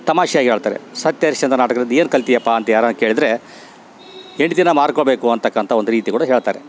ತಮಾಷೆಯಾಗಿ ಹೇಳ್ತಾರೆ ಸತ್ಯಹರಿಶ್ಚಂದ್ರ ನಾಟಕದಿಂದ ಏನು ಕಲ್ತಿದಿಯಪ್ಪಾ ಅಂತ ಯಾರನ ಕೇಳಿದ್ರೆ ಹೆಂಡ್ತಿನ ಮಾರ್ಕೋಬೇಕು ಅಂತಕ್ಕಂಥ ಒಂದು ರೀತಿ ಕೂಡ ಹೇಳ್ತಾರೆ